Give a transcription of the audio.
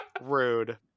Rude